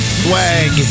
swag